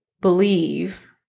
believe